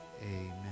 amen